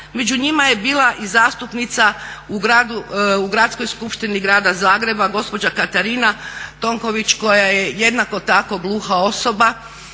među njima je bila i zastupnica u Gradskoj skupštini Grada Zagreba gospođa Katarina Tonković koja je jednako tako gluha osoba